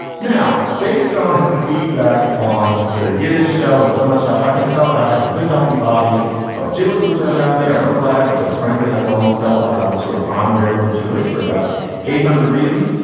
now, based on the feedback on the yida show and so much else, i can tell that i have a good healthy body of jewish listeners out there. and i'm glad because frankly, i've always felt like i was sort of rarely jewish for about eight hundred reasons.